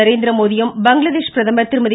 நரேந்திரமோடியும் பங்களாதேஷ் பிரதமர் திருமதி